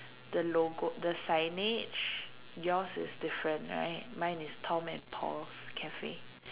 the logo the signage yours is different right mine is Tom and Paul's Cafe